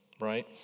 right